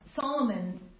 Solomon